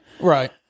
Right